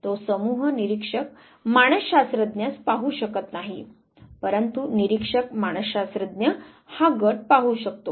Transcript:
तो समूह निरीक्षकमानसशास्त्रज्ञास पाहू शकत नाही परंतु निरीक्षकमानसशास्त्रज्ञ हा गट पाहू शकतो